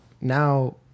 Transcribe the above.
now